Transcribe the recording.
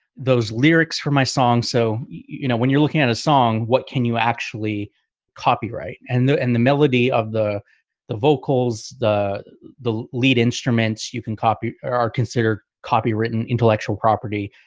those lyrics for my song so you know, when you're looking at a song what can you actually copyright and the and the melody of the the vocals the the lead instrument you can copy or consider copy written intellectual property.